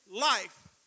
life